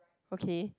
okay